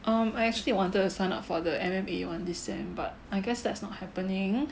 um I actually wanted to sign up for the M_M_A [one] this sem but I guess that's not happening